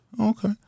okay